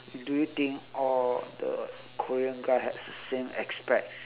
do you think all the korean guy have the same aspect